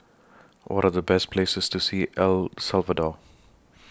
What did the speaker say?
What Are The Best Places to See El Salvador